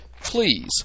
please